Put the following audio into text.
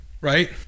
right